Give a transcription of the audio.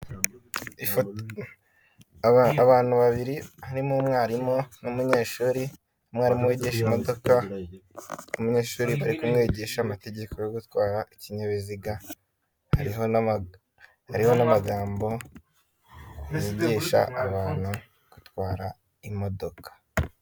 Abantu babiri harimo umwarimu n'umunyeshuri, umwarimu wigisha imodoka. Umunyeshuri bari kumwigisha amategeko yo gutwara ikinyabiziga. Hariho n'amagambo yigisha abantu gutwara imodoka.